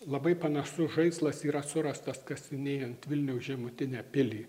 labai panašus žaislas yra surastas kasinėjant vilniaus žemutinę pilį